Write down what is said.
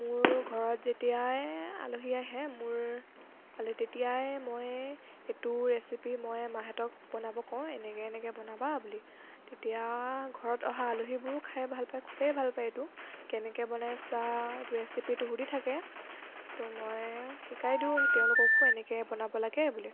মোৰ ঘৰত যেতিয়াই আলহী আহে মোৰ তেতিয়াই মই এইটো ৰেচিপি মই মাহঁতক বনাব কওঁ এনেকৈ এনেকৈ বনাবা বুলি তেতিয়া ঘৰত অহা আলহীবোৰো খাই ভাল পায় খুবেই ভাল পায় এইটো কেনেকৈ বনাইছা এইটো ৰেচিপিটো সুধি থাকে ত মই শিকাই দিওঁ তেওঁলোককো এনেকৈ বনাব লাগে বুলি